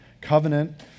covenant